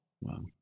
Wow